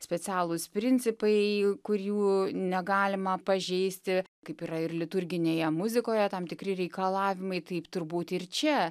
specialūs principai kurių negalima pažeisti kaip yra ir liturginėje muzikoje tam tikri reikalavimai taip turbūt ir čia